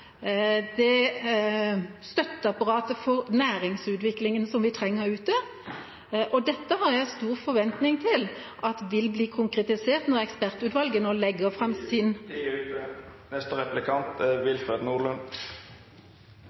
det støtteapparatet for næringsutviklingen som vi trenger der ute , og dette har jeg stor forventning til at vil bli konkretisert når ekspertutvalget nå legger fram sin … Tida er